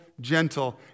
gentle